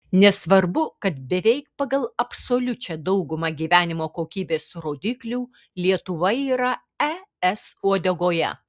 nesvarbu kad beveik pagal absoliučią daugumą gyvenimo kokybės rodiklių lietuva yra es uodegoje